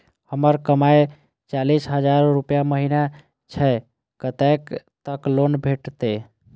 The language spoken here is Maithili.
हमर कमाय चालीस हजार रूपया महिना छै कतैक तक लोन भेटते?